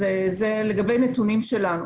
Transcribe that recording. זה לגבי נתונים שלנו.